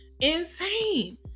insane